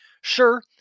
Sure